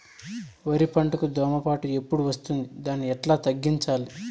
వరి పంటకు దోమపోటు ఎప్పుడు వస్తుంది దాన్ని ఎట్లా తగ్గించాలి?